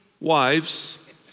wives